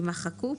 יימחקו.